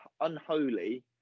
Unholy